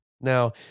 Now